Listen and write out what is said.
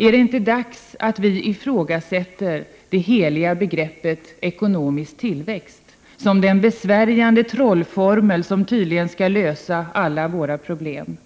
Ärdet inte dags att vi ifrågasätter det heliga begreppet ”ekonomisk tillväxt” som den besvärjande trollformel som tydligen skall lösa alla våra problem?